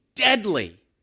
Deadly